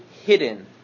hidden